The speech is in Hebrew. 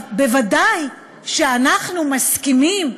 ודאי שאנחנו מסכימים,